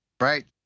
Right